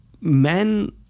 men